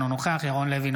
אינו נוכח ירון לוי,